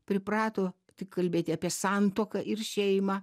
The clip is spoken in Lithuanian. priprato tik kalbėti apie santuoką ir šeimą